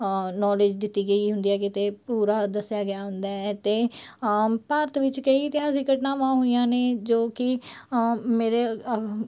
knowledge ਦਿੱਤੀ ਗਈ ਹੁੰਦੀ ਹੈ ਕਿਤੇ ਪੂਰਾ ਦੱਸਿਆ ਗਿਆ ਹੁੰਦਾ ਹੈ ਅਤੇ ਆਮ ਭਾਰਤ ਵਿੱਚ ਕਈ ਇਤਿਹਾਸਿਕ ਘਟਨਾਵਾਂ ਹੋਈਆਂ ਨੇ ਜੋ ਕਿ ਮੇਰੇ